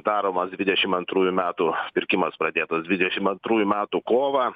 daromas dvidešimt antrųjų metų pirkimas pradėtas dvidešimt antrųjų metų kovą